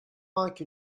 anki